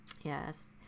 yes